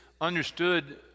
understood